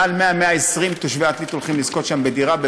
מעל 120 תושבי עתלית הולכים לזכות שם בדירה,